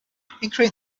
creating